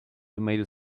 tomato